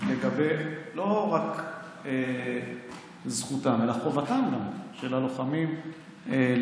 לא רק לגבי זכותם אלא גם לגבי חובתם של הלוחמים להגיב,